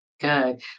Good